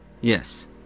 Yes